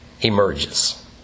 emerges